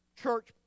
church